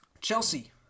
Chelsea